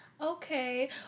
okay